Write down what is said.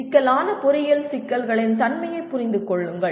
சிக்கலான பொறியியல் சிக்கல்களின் தன்மையைப் புரிந்து கொள்ளுங்கள்